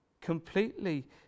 completely